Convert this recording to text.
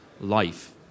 life